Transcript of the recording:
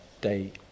day